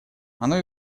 оно